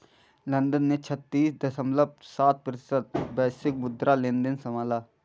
London ने छत्तीस दश्मलव सात प्रतिशत वैश्विक मुद्रा लेनदेन संभाला